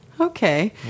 Okay